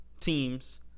teams